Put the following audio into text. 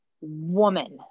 woman